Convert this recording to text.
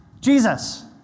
Jesus